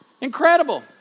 Incredible